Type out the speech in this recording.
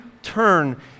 turn